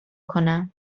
کنم